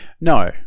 No